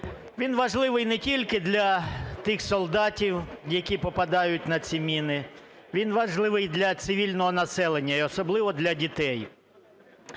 Він важливий не тільки для тих солдатів, які попадають на ці міни, він важливий для цивільного населення і особливо для дітей.